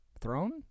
throne